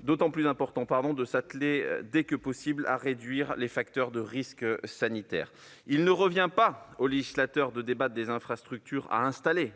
de s'atteler dès que possible à réduire les facteurs de risques dans ce domaine. Il ne revient pas au législateur de débattre des infrastructures à installer